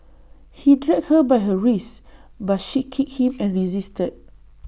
he dragged her by her wrists but she kicked him and resisted